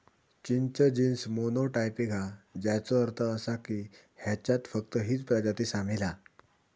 चिंच genus monotypic हा, ज्याचो अर्थ असा की ह्याच्यात फक्त हीच प्रजाती सामील हा